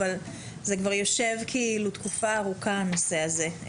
אבל זה כבר יושב תקופה ארוכה הנושא הזה.